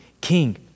king